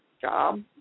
job